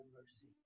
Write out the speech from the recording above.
mercy